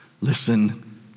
listen